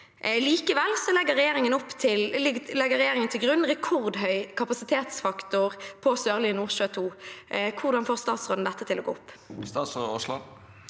Likevel legger regjeringen til grunn en rekordhøy kapasitetsfaktor på Sørlige Nordsjø II. Hvordan får statsråden dette til å gå opp? Statsråd Terje Aasland